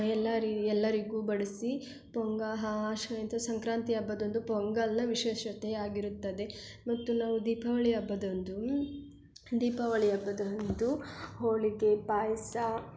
ಎಲ್ಲ ರೀ ಎಲ್ಲರಿಗೂ ಬಡಿಸಿ ಪೊಂಗಾ ಸಂಕ್ರಾಂತಿ ಹಬ್ಬದಂದು ಪೊಂಗಲಿನ ವಿಶೇಷತೆ ಆಗಿರುತ್ತದೆ ಮತ್ತು ನಾವು ದೀಪಾವಳಿ ಹಬ್ಬದಂದು ದೀಪಾವಳಿ ಹಬ್ಬದಂದು ಹೋಳಿಗೆ ಪಾಯಸ